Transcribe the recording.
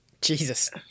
Jesus